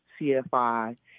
CFI